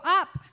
up